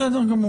בסדר גמור.